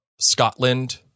Scotland